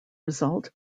result